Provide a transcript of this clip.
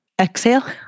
Exhale